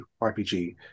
RPG